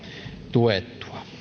tuettua